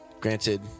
Granted